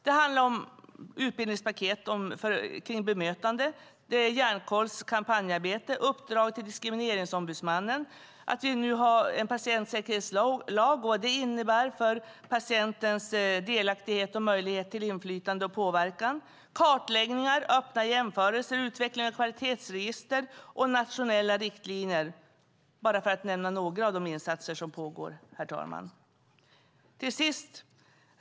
Det handlar om utbildningspaket om bemötande, Hjärnkolls kampanjarbete, uppdrag till Diskrimineringsombudsmannen, att vi nu har en patientsäkerhetslag och vad den innebär för patientens delaktighet och möjlighet till inflytande och påverkan, kartläggningar, öppna jämförelser, utveckling av kvalitetsregister och nationella riktlinjer - för att nämna några av de insatser som pågår.